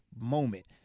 moment